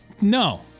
no